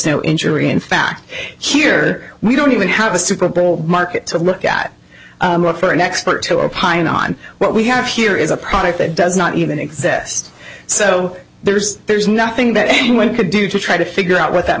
no injury in fact here we don't even have a superbowl market to look at for an expert to opine on what we have here is a product that does not even exist so there's there's nothing that anyone could do to try to figure out what that